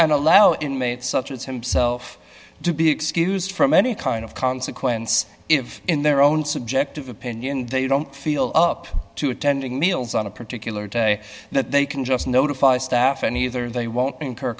and allow inmates such as himself to be excused from any kind of consequence if in their own subjective opinion they don't feel up to attending meals on a particular day that they can just notify staff and either they won't incur